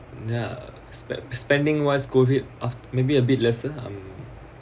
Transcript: ya spend spending wise go ahead of maybe a bit lesser I'm